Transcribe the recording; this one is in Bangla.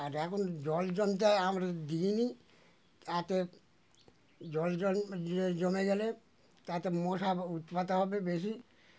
আর এখন জল জমতে আমরা দিইনি তাতে জল জ জমে গেলে তাতে মশার উৎপাত হবে বেশি